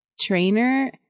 trainer